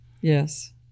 Yes